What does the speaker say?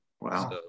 wow